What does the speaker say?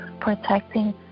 Protecting